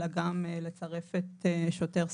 אלא גם לצרף שוטר,